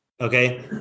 Okay